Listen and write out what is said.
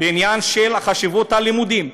בעניין של חשיבות הלימודים.